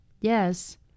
Yes